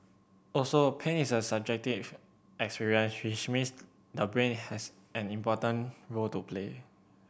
also pain is a subjective experience which means the brain has an important role to play